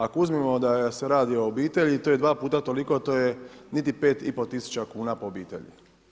Ako uzmemo da se radi o obitelji, to je dva puta toliko, to je niti pet i pol tisuća kuna po obitelji.